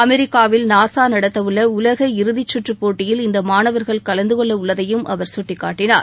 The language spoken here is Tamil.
அமெரிக்காவில் நாசா நடத்தவுள்ள உலக இறுதிச்சுற்று போட்டியில் இந்த மாணவர்கள் கலந்துகொள்ள உள்ளதையும் அவர் சுட்டிக்காட்டினார்